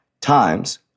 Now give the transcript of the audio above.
times